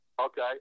Okay